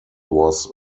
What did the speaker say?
was